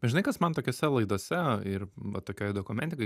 žinai kas man tokiose laidose ir va tokioj dokumentikoj